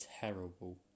terrible